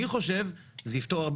אני חושב שזה יפתור,